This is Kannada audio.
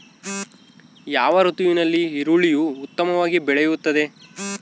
ಯಾವ ಋತುವಿನಲ್ಲಿ ಈರುಳ್ಳಿಯು ಉತ್ತಮವಾಗಿ ಬೆಳೆಯುತ್ತದೆ?